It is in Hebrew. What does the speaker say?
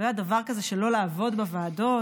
לא היה דבר כזה שלא לעבוד בוועדות.